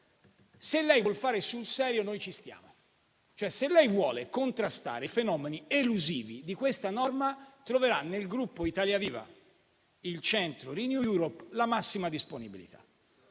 Se lei vuol fare sul serio, noi ci stiamo. Se cioè lei vuole contrastare i fenomeni elusivi di questa norma, troverà nel Gruppo Italia Viva-Il Centro-RenewEurope la massima disponibilità.